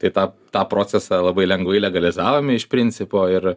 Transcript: tai tą tą procesą labai lengvai legalizavome iš principo ir